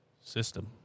System